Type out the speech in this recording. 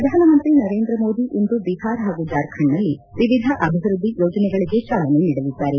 ಪ್ರಧಾನಮಂತ್ರಿ ನರೇಂದ್ರ ಮೋದಿ ಇಂದು ಬಿಹಾರ್ ಹಾಗೂ ಜಾರ್ಖಂಡ್ನಲ್ಲಿ ವಿವಿಧ ಅಭಿವೃದ್ದಿ ಯೋಜನೆಗಳಿಗೆ ಚಾಲನೆ ನೀಡಲಿದ್ದಾರೆ